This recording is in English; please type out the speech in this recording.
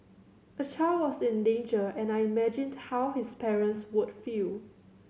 a child was in danger and I imagined how his parents would feel